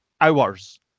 hours